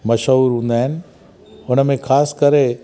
मशहूर हूंदा आहिनि हुन में ख़ासि करे